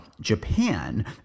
Japan